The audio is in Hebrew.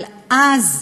אבל אז,